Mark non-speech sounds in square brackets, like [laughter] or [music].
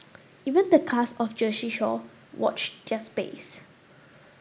[noise] even the cast of Jersey Shore watch their space